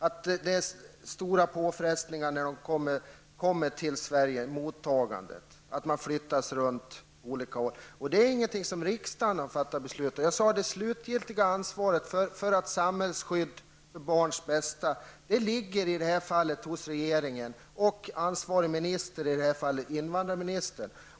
När de kommer till Sverige utsätts de för stora påfrestningar vid mottagandet, och de flyttas runt på olika håll. Detta är inte något som riksdagen har fattat beslut om. Det slutliga ansvaret för samhällets skydd för barnens bästa ligger hos regeringen och ansvarig minister, i det här fallet invandrarministern.